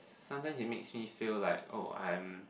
sometimes it makes me feel like oh I'm